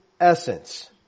essence